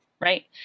right